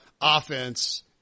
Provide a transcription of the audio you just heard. offense